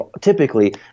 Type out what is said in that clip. typically